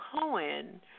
Cohen